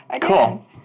Cool